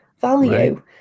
value